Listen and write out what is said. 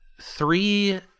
three